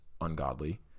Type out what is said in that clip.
ungodly